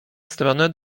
stronę